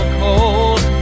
cold